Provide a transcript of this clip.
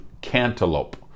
cantaloupe